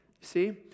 See